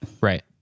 Right